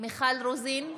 מיכל רוזין,